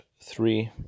three